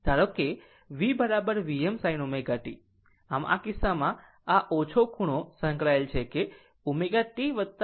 ધારો કે V Vm sin ω t આમ આ કિસ્સામાં આ ઓછું ખૂણો સંકળાયેલ છે કે તે ω t 0 o છે